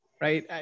Right